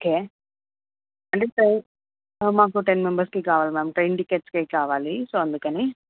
okay అంటే try మాకు ten మెంబర్స్కి కావాలి మ్యామ్ ట్రైన్ టికెట్స్కే కావాలి సో అందుకని